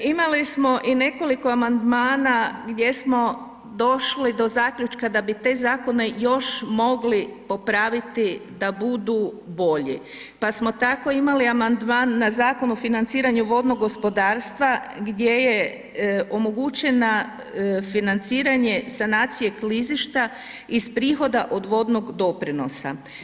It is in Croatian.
Imali smo i nekoliko amandmana gdje smo došli do zaključka da bi te zakone još mogli popraviti da budu bolji, pa smo tako imali amandman na Zakon o financiranju vodnog gospodarstva gdje je omogućena financiranje sanacije klizišta iz prihoda od vodnog doprinosa.